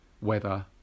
weather